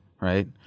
right